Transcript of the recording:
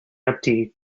empty